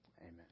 Amen